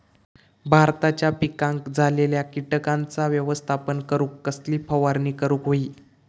भाताच्या पिकांक झालेल्या किटकांचा व्यवस्थापन करूक कसली फवारणी करूक होई?